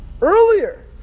Earlier